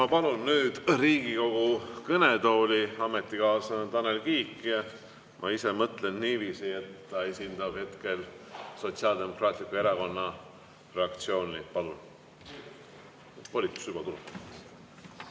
Ma palun Riigikogu kõnetooli ametikaaslase Tanel Kiige. Ma ise mõtlen niiviisi, et ta esindab hetkel Sotsiaaldemokraatliku Erakonna fraktsiooni. Palun! Volitus juba tulebki.